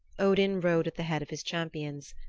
odin rode at the head of his champions.